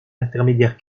intermédiaire